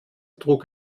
trug